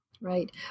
Right